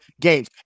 games